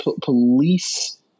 Police